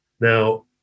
Now